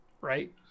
right